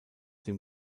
dem